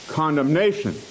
condemnation